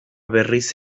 berriz